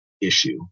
issue